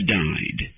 died